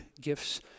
gifts